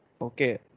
Okay